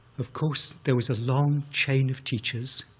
of course, there was a long chain of teachers